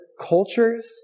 cultures